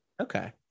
Okay